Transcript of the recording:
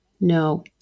No